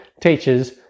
teachers